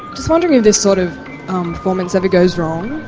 just wondering if this sort of performance ever goes wrong?